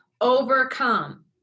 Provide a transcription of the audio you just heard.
overcome